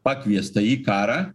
pakviesta į karą